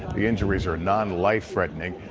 the injuries are non-life threatening.